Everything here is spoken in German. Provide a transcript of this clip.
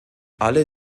alle